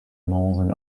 northern